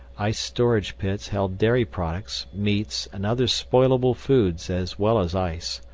ice-storage pits held dairy products, meats, and other spoilable foods as well as ice.